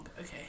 Okay